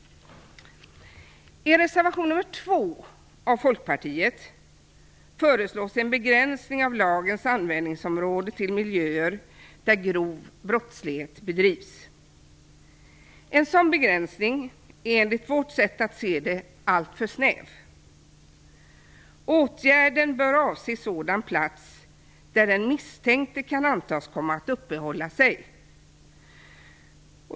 I reservation 2 av Folkpartiet föreslås en begränsning av lagens användningsområde till miljöer där grov brottslighet bedrivs. En sådan begränsning är enligt vårt sätt att se alltför snäv. Åtgärden bör avse sådan plats där den misstänkte kan antas komma att uppehålla sig.